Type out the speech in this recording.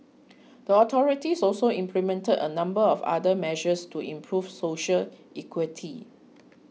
the authorities also implemented a number of other measures to improve social equity